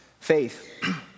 faith